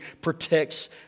protects